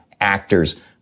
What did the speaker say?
actors